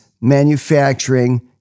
manufacturing